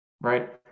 right